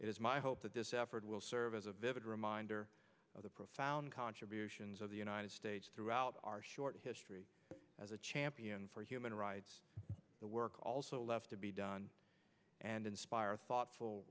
is my hope that this effort will serve as a vivid reminder of the profound contributions of the united states throughout our short history as a champion for human rights the work also left to be done and inspire thoughtful